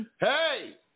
hey